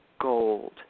gold